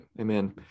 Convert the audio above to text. Amen